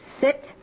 Sit